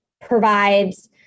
provides